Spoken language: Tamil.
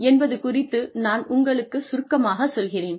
என்பது குறித்து நான் உங்களுக்குச் சுருக்கமாகச் சொல்கிறேன்